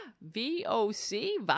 V-O-C